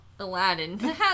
Aladdin